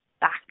back